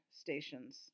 stations